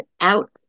out